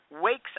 wakes